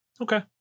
Okay